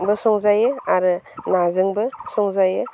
बो संजायो आरो नाजोंबो संजायो